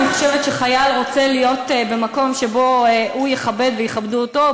אני חושבת שחייל רוצה להיות במקום שבו הוא יכבד ויכבדו אותו,